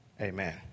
Amen